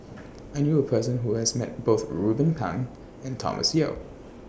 I knew A Person Who has Met Both Ruben Pang and Thomas Yeo